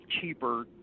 cheaper